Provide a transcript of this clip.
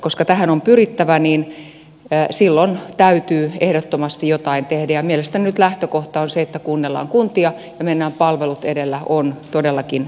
koska tähän on pyrittävä niin silloin täytyy ehdottomasti jotain tehdä ja mielestäni nyt lähtökohta että kuunnellaan kuntia ja mennään palvelut edellä on todellakin oikea